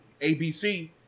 ABC